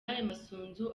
masunzu